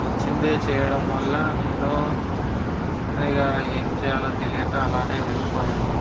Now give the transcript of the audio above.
నచ్చింది చేయడం వల్ల నేను ఇగ ఏం చేయాలో తెలియక అలాగే వెళ్ళిపోయాను